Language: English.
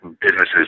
businesses